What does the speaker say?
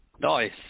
Nice